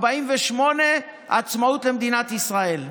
1948, עצמאות למדינת ישראל.